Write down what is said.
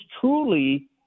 truly